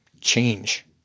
change